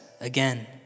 again